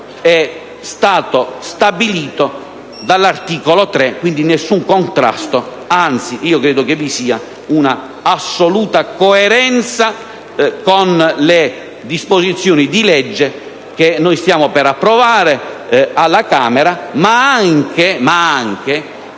è stato stabilito dall'articolo 3: quindi, non c'è nessun contrasto. Anzi, io ritengo che vi sia un'assoluta coerenza con le disposizioni di legge che noi stiamo per approvare alla Camera, ma anche